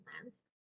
plans